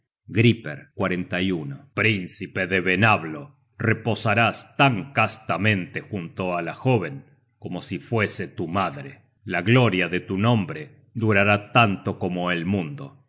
sobre todo griper príncipe del venablo reposarás tan castamente junto á la jóven como si fuese tu madre la gloria de tu nombre durará tanto como el mundo